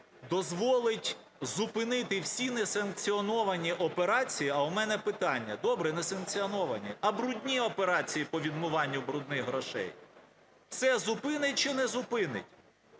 дозволить зупинити всі несанкціоновані операції. А у мене питання: добре, несанкціоновані, а "брудні" операції по відмиванню "брудних" грошей це зупинить чи не зупинить.